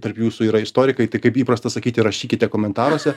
tarp jūsų yra istorikai tai kaip įprasta sakyti rašykite komentaruose